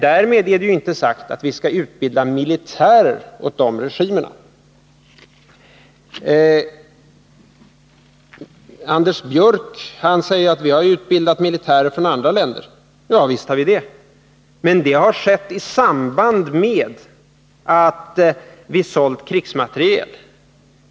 Därmed är inte sagt att vi skall utbilda militärer åt dessa regimer. Anders Björck sade att vi har utbildat militärer från andra länder. Ja visst, det har vi gjort, men det har skett i samband med att vi sålt krigsmateriel.